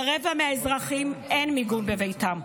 לרבע מהאזרחים אין מיגון בביתם.